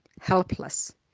helpless